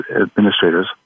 administrators